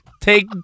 take